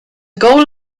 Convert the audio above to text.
goal